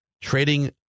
trading